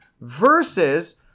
versus